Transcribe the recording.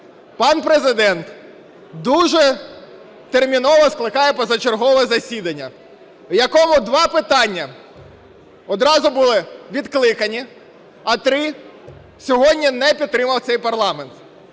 Пан Президент дуже терміново скликає позачергове засідання, в якому два питання одразу були відкликані, а три сьогодні не підтримав цей парламент.